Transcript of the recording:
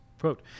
quote